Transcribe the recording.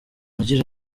agira